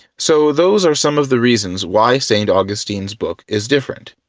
so those are some of the reasons why st. augustine's book is different.